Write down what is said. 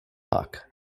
hawk